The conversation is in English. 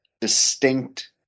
distinct